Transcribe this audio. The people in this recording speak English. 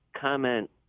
comment